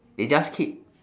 they just keep